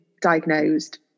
diagnosed